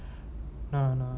no no